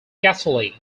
catholic